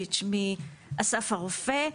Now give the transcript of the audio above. ברקוביץ מאסף הרופא,